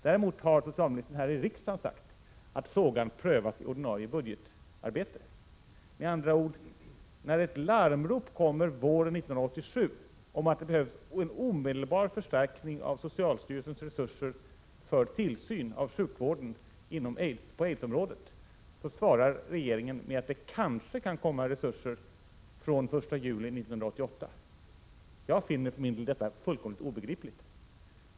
Däremot har socialministern här i riksdagen sagt att frågan prövas vid ordinarie budgetarbete. Med andra ord: När ett larmrop kommer våren 1987 om att det behövs en omedelbar förstärkning av socialstyrelsens resurser för tillsyn av sjukvården på aidsområdet svarar regeringen med att det kanske kan tillföras resurser från den 1 juli 1988. Jag finner för min del detta fullkomligt obegripligt.